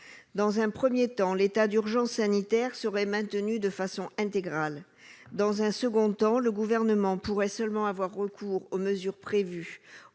dans un premier temps, l'état d'urgence sanitaire serait maintenu de façon intégrale ; dans un second temps, le Gouvernement pourrait seulement avoir recours aux mesures prévues